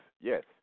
Yes